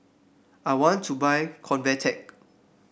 I want to buy Convatec